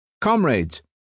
Comrades